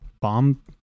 bomb